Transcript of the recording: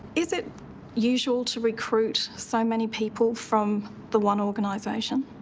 is it usual to recruit so many people from the one organisation?